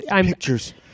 Pictures